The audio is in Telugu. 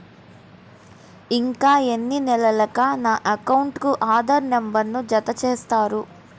ఇంకా ఎన్ని నెలలక నా అకౌంట్కు ఆధార్ నంబర్ను జత చేస్తారు?